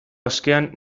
askean